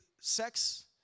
sex